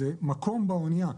מקום באונייה,